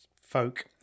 folk